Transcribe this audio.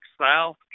South